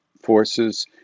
forces